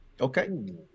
Okay